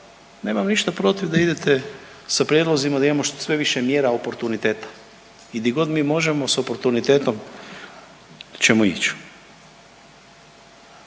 Nemam ništa protiv da idete sa prijedlozima da imamo sve više mjera oportuniteta i gdje god mi možemo s oportunitetom ćemo ići.